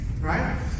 right